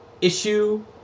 issue